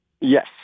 Yes